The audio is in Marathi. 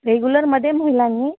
रेग्युलरमध्ये महिलांनी